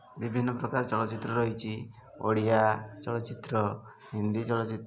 transport ଏଜେନ୍ସିରୁକୁ କହୁଛନ୍ତି ମୁଁ ଜରିଆରୁ କହୁଥିଲି ରେଣଗୁଡ଼ା ସବୁ